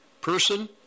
person